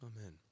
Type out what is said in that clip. Amen